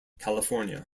california